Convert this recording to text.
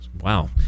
wow